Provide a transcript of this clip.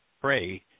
pray